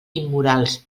immorals